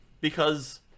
because-